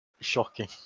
shocking